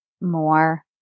more